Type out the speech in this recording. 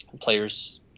players